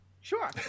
Sure